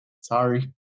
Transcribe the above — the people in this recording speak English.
Sorry